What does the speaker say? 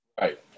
Right